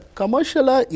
commercialா